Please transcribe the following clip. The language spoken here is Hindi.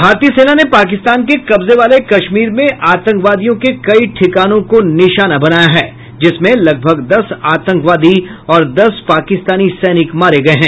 भारतीय सेना ने पाकिस्तान के कब्जे वाले कश्मीर में आतंकवादियों के कई ठिकानों को निशाना बनाया है जिसमें लगभग दस आतंकवादी और दस पाकिस्तानी सैनिक मारे गये हैं